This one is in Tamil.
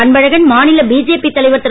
அன்பழகன் மாநில பிஜேபி தலைவர் திரு